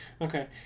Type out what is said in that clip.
Okay